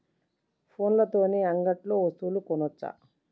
ఫోన్ల తోని అంగట్లో వస్తువులు కొనచ్చా?